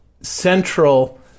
central